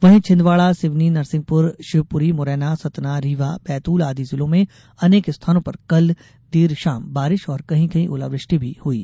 वहीं छिंदवाड़ा सिवनी नरसिंहपुर शिवपुरी मुरैना सतना रीवा बैतूल आदि जिलों में अनेक स्थानों पर कल देर शाम बारिश और कहीं कहीं ओलावृष्टि भी हुयी